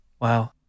Wow